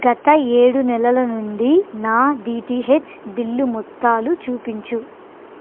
గత ఏడు నెలల నుండి నా డీటీహెచ్ బిల్లు మొత్తాలు చూపించుము